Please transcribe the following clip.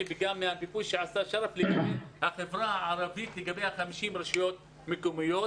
וגם מהמיפוי שעשה שרף לגבי 50 הרשויות המקומיות הערביות.